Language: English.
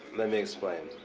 let me explain.